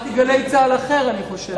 שמעתי "גלי צה"ל" אחר, אני חושב.